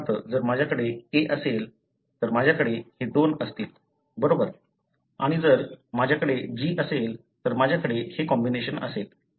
उदाहरणार्थ जर माझ्याकडे A असेल तर माझ्याकडे हे दोन असतील बरोबर आणि जर माझ्याकडे G असेल तर माझ्याकडे हे कॉम्बिनेशन असेल